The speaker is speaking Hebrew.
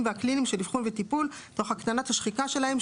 והקליניים של אבחון וטיפול תוך הקטנת השחיקה שלהם,